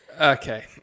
okay